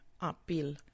appeal